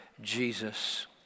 Jesus